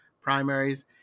primaries